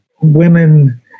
women